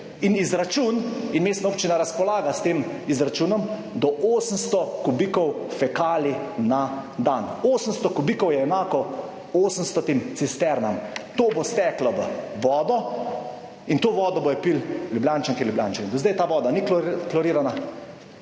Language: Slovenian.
in izračun in mestna občina razpolaga s tem izračunom, do 800 kubikov fekalij na dan, 800 kubikov je enako 800-im cisternam. To bo steklo v vodo in to vodo bodo pili Ljubljančanke in Ljubljančani. Do zdaj ta voda ni klorirana,